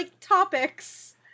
topics